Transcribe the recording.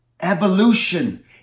evolution